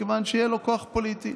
מכיוון שיהיה לו כוח פוליטי